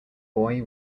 boy